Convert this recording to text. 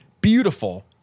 beautiful